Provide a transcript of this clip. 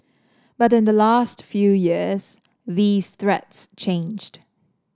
but in the last few years these threats changed